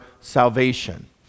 salvation